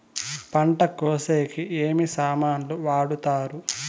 పంట కోసేకి ఏమి సామాన్లు వాడుతారు?